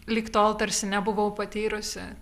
lig tol tarsi nebuvau patyrusi